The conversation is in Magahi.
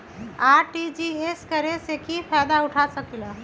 आर.टी.जी.एस करे से की फायदा उठा सकीला?